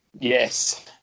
Yes